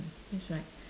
that's right